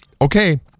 okay